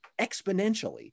exponentially